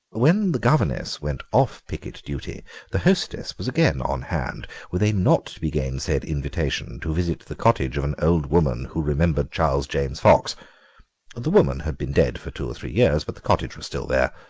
when the governess went off picket duty the hostess was again on hand with a not to-be-gainsaid invitation to visit the cottage of an old woman who remembered charles james fox the woman had been dead for two or three years, but the cottage was still there.